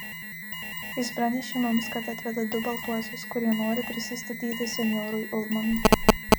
jis pranešė mums kad atveda du baltuosius kurie nori prisistatyti senjorui ulmanui